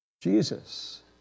Jesus